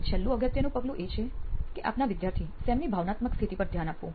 એક છેલ્લું અગત્યનું પગલું એ છે કે આપના વિદ્યાર્થી સેમની ભાવનાત્મક સ્થિતિ પર ધ્યાન આપવું